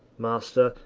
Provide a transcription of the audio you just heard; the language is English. master,